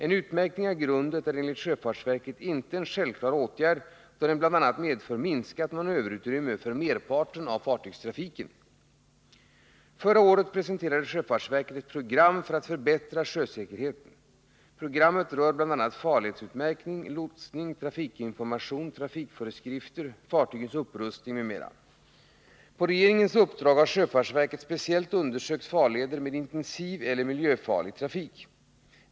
En utmärkning av grundet är enligt sjöfartsverket inte en självklar åtgärd, då den bl.a. medför minskat manöverutrymme för merparten av fartygstrafiken. Sjöfartsverket presenterade förra året ett program för att förbättra Nr 158 sjösäkerheten. Programmet rör bl.a. farledsutmärkning, lotsning, trafikin Fredagen den formation, trafikföreskrifter, fartygens utrustning m.m. På regeringens 30 maj 1980 uppdrag har sjöfartsverket speciellt undersökt farleder med intensiv eller miljöfarlig trafik.